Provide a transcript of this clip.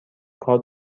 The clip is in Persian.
کار